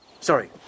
Sorry